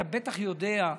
אתה בטח יודע,